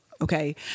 Okay